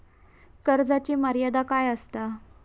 कर्जाची मर्यादा काय असता?